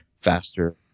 faster